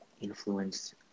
influence